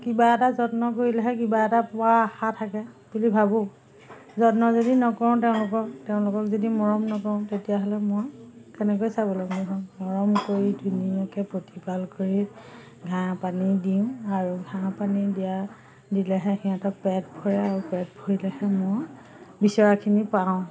কিবা এটা যত্ন কৰিলেহে কিবা এটা পোৱা আশা থাকে বুলি ভাবোঁ যত্ন যদি নকৰোঁ তেওঁলোকক তেওঁলোকক যদি মৰম নকৰোঁ তেতিয়াহ'লে মই কেনেকৈ স্বাৱলম্বী হ'ম মৰম কৰি ধুনীয়াকৈ প্ৰতিপাল কৰি ঘাঁহ পানী দিওঁ আৰু ঘাঁহ পানী দিয়া দিলেহে সিহঁতৰ পেট ভৰে আৰু পেট ভৰিলেহে মই বিচৰাখিনি পাওঁ